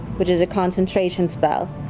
which is a concentration spell,